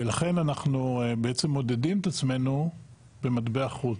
ולכן אנחנו בעצם מודדים את עצמנו במטבע חוץ.